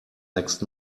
next